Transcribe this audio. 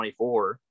24